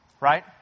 Right